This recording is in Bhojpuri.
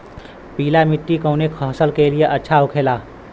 पीला मिट्टी कोने फसल के लिए अच्छा होखे ला?